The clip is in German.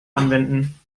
anwenden